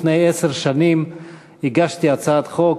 לפני עשר שנים הגשתי הצעת חוק,